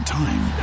time